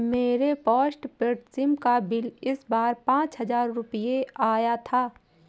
मेरे postpaid SIM का bill इस बार पाँच हजार रुपए आया था